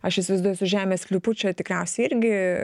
aš įsivaizduoju su žemės sklypu čia tikriausiai irgi